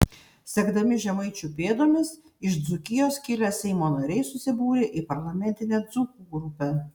sekdami žemaičių pėdomis iš dzūkijos kilę seimo nariai susibūrė į parlamentinę dzūkų grupę